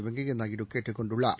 வெங்கைய நாயுடு கேட்டுக் கொண்டுள்ளார்